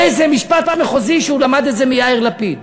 איזה משפט מחוזי, הוא למד את זה מיאיר לפיד.